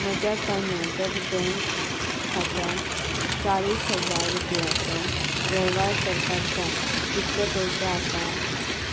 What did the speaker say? म्हज्या कर्नाटक बँक खात्यांत चाळीस हजार रुपयांचो वेव्हार करपाक जाय तितले पयशे आसा